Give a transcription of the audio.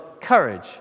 courage